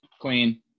Queen